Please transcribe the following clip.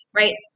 right